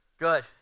Good